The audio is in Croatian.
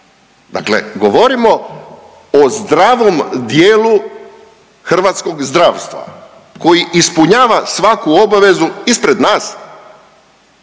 Dakle, govorimo o zdravom dijelu hrvatskog zdravstva koji ispunjava svaku obavezu ispred nas